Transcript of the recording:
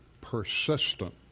persistent